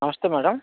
నమస్తే మ్యాడం